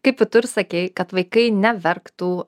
kaip tu ir sakei kad vaikai neverktų